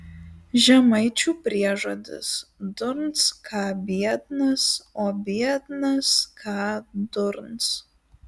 žemaičių priežodis durns ką biednas o biednas ką durns